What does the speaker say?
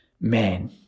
man